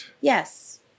Yes